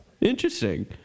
Interesting